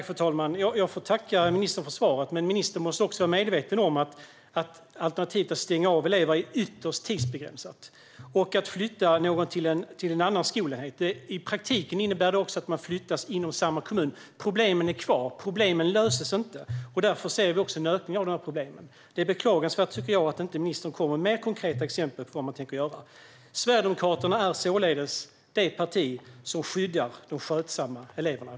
Fru talman! Jag får tacka ministern för svaret, men ministern måste också vara medveten om att alternativet att stänga av elever är ytterst tidsbegränsat. Att flytta någon till en annan skolenhet innebär i praktiken att man flyttas inom samma kommun. Problemen är kvar och löses inte, och därför ser vi också att de ökar. Det är beklagansvärt, tycker jag, att ministern inte kommer med mer konkreta exempel på vad man tänker göra. Sverigedemokraterna är således det parti som skyddar de skötsamma eleverna.